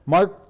Mark